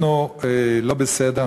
אנחנו לא בסדר,